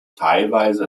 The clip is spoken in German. teilweise